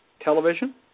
television